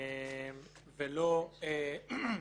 איך